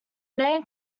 name